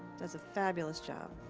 does a fabulous job.